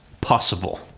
Possible